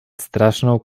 straszną